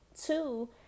two